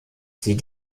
sie